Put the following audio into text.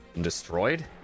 destroyed